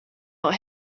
not